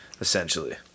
essentially